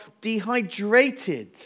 dehydrated